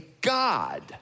god